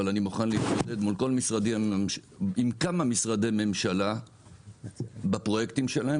אבל אני מוכן להתמודד עם כמה משרדי ממשלה בפרויקטים שלהם,